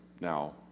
Now